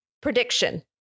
prediction